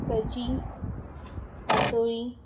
सजी पातोळी